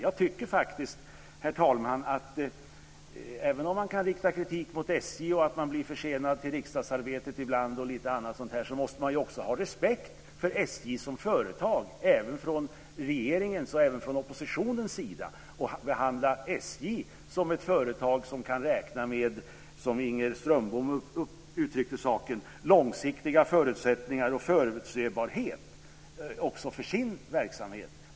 Jag tycker faktiskt, herr talman, att man, också från regeringens och oppositionens sida - även om kritik kan riktas mot SJ, mot att det ibland blir förseningar i riksdagsarbetet och mot lite annat - måste ha respekt för SJ som företag och behandla SJ som ett företag som, precis som Inger Strömbom uttryckte saken, kan räkna med långsiktiga förutsättningar och förutsebarhet också för sin verksamhet.